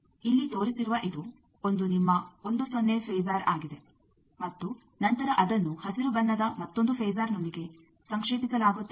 ಇಲ್ಲಿ ತೋರಿಸಿರುವ ಇದು ಒಂದು ನಿಮ್ಮ 1 0 ಫೇಸರ್ ಆಗಿದೆ ಮತ್ತು ನಂತರ ಅದನ್ನು ಹಸಿರು ಬಣ್ಣದ ಮತ್ತೊಂದು ಫೇಸರ್ನೊಂದಿಗೆ ಸಂಕ್ಷೇಪಿಸಲಾಗುತ್ತದೆ